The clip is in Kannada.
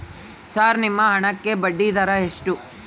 ಸರ್ ನಿಮ್ಮ ಹಣಕ್ಕೆ ಬಡ್ಡಿದರ ಎಷ್ಟು?